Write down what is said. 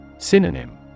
Synonym